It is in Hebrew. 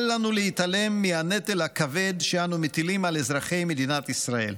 אל לנו להתעלם מהנטל הכבד שאנו מטילים על אזרחי מדינת ישראל.